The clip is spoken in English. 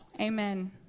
Amen